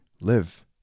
live